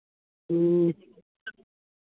ᱦᱮᱸ